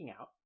out